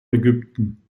ägypten